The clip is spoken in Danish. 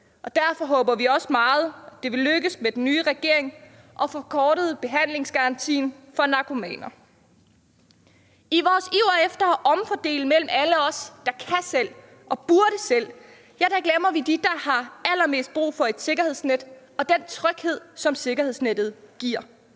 derfor håber vi også meget, det vil lykkes med den nye regering at få forkortet behandlingsgarantien for narkomaner. I vores iver efter at omfordele mellem alle os, der kan selv og burde selv, glemmer vi dem, der har allermest brug for et sikkerhedsnet og den tryghed, som sikkerhedsnettet giver.